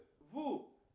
vous